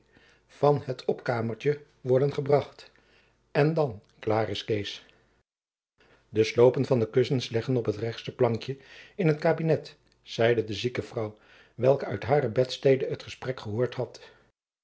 van het opkaômerke worden ebracht en dan klaôr is kees de sloopen van de kussens leggen op het rechtsche plankje in het kabinet zeide de zieke vrouw welke uit hare bedstede het gesprek gehoord had